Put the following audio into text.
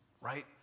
Right